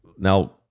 Now